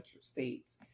states